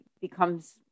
becomes